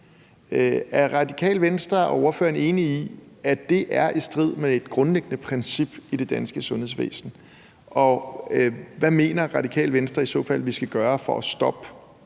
Er Radikale Venstre og ordføreren enig i, at det er i strid med et grundlæggende princip i det danske sundhedsvæsen? Og hvad mener Radikale Venstre i så fald vi skal gøre for at stoppe